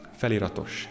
feliratos